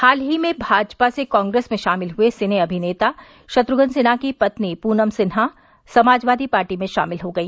हाल ही में भाजपा से कांग्रेस में शामिल हुए सिने अभिनेता शत्र्घ्न सिन्हा की पत्नी पूनम सिन्हा समाजवादी पार्टी में शामिल हो गई